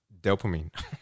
dopamine